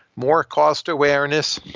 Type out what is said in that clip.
more cost awareness,